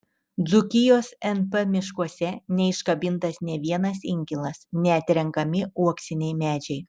dzūkijos np miškuose neiškabintas nė vienas inkilas neatrenkami uoksiniai medžiai